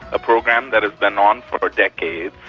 a program that has been on for a decade,